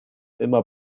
immer